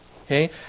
Okay